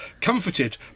comforted